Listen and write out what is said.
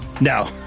No